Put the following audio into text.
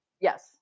Yes